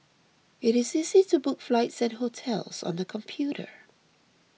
it is easy to book flights and hotels on the computer